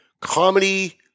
Comedy